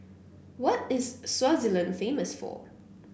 what is Swaziland famous for